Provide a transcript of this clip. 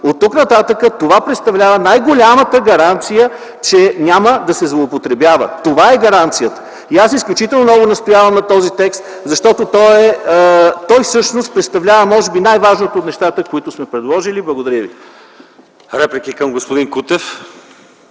оттук нататък това представлява най-голямата гаранция, че няма да се злоупотребява. Това е гаранцията. Аз изключително много настоявам за този текст, защото той всъщност представлява най-важното от нещата, които сме предложили. Благодаря ви.